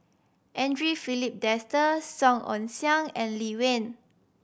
Andre Filipe Desker Song Ong Siang and Lee Wen